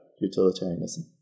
utilitarianism